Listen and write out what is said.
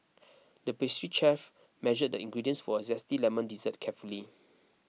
the pastry chef measured the ingredients for a Zesty Lemon Dessert carefully